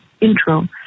intro